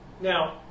Now